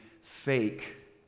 fake